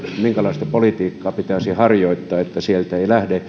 minkälaista politiikkaa pitäisi harjoittaa että sieltä eivät lähde